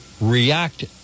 react